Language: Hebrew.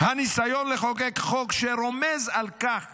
הניסיון לחוקק חוק שרומז על כך